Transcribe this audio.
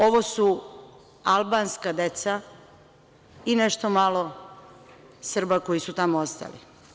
Ovo su albanska deca i nešto malo Srba koji su tamo ostali.